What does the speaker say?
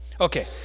Okay